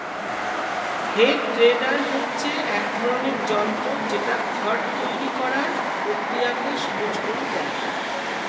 হে tedder হচ্ছে এক ধরণের যন্ত্র যেটা খড় তৈরী করার প্রক্রিয়াকে সহজ করে দেয়